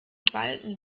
balken